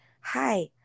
hi